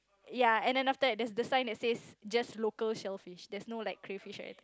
ya and after that the sign that says just local shellfish there is no like crayfish or anything